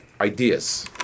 ideas